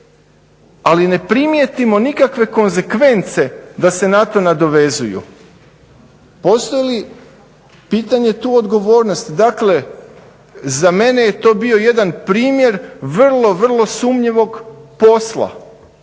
ali ne primijeti nikakve konzekvence da se na to nadovezuju. Postoji li pitanje tu odgovornosti? Dakle, za mene je to bio jedan primjer vrlo, vrlo sumnjivog posla.